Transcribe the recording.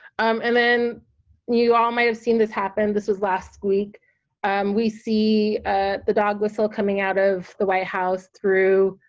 um and then you all might have seen this happen this was last week we see the dog whistle coming out of the white house through